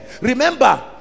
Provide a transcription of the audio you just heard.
Remember